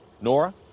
Nora